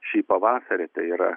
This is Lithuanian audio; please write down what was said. šį pavasarį tai yra